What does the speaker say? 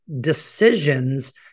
decisions